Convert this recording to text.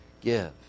give